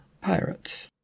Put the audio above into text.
pirates